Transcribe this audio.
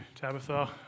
Tabitha